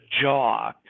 jaw